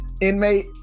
inmate